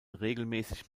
regelmäßig